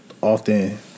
often